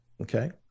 okay